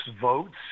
votes